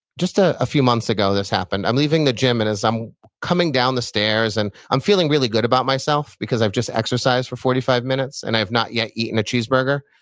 just ah a few months ago this happened. i'm leaving the gym, and as i'm coming down the stairs and i'm feeling really good about myself because i've just exercised for forty five minutes and i have not yet eaten a cheeseburger.